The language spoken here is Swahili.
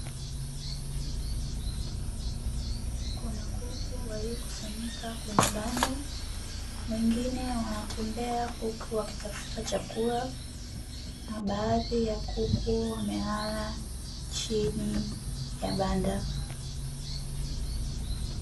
Kuna kuku waliokusanyika kwenye banda, wengine wanatembea huku wakitafuta chakula na baadhi ya kuku wamelala chini ya banda.